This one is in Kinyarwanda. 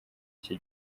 iki